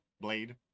Blade